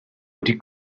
wedi